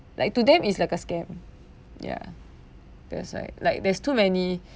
like to them it's like a scam yeah because like like there's too many